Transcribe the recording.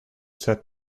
said